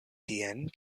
tien